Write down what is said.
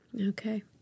Okay